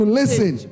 listen